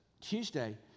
Tuesday